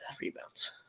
rebounds